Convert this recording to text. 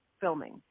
filming